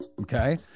Okay